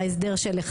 למה?